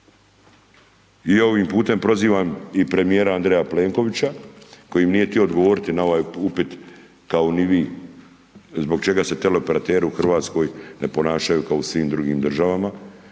I ovim putem prozivam i premijera Andreja Plenkovića koji mi nije htio odgovoriti na ovaj upit kao ni vi, zbog čega se teleoperateri u Hrvatskoj ne ponašaju kao u svim drugim državama